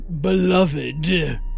beloved